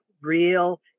real